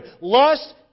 Lust